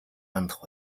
хандах